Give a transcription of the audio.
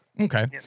Okay